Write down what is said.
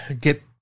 get